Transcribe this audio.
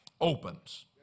opens